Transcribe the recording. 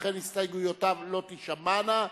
לכן הסתייגויותיו לא תישמענה,